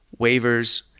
waivers